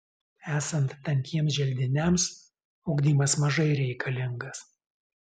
esant tankiems želdiniams ugdymas mažai reikalingas